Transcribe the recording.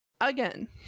Again